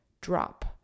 drop